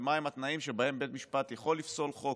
ומהם התנאים שבהם בית משפט יכול לפסול חוק,